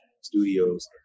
studios